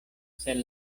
sen